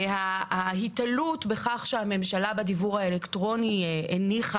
ההיתלות בכך שהממשלה בדיוור האלקטרוני הניחה